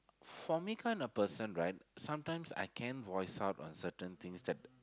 for me kind of person right sometimes I can voice out on certain things that